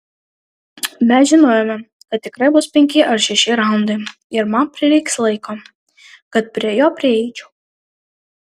mes žinojome kad tikrai bus penki ar šeši raundai ir man prireiks laiko kad prie jo prieičiau